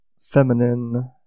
feminine